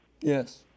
Yes